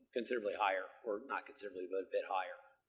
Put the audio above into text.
considerably higher. or, not considerably, but a bit higher.